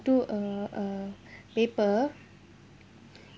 to a a paper